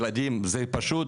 ילדים זה פשוט